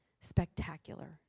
spectacular